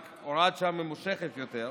רק הוראת שעה ממושכת יותר.